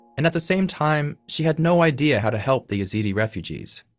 and at the same time, she had no idea how to help the yazidi refugees.